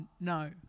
no